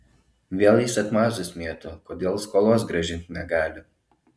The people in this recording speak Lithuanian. vėl jis atmazus mėto kodėl skolos grąžint negali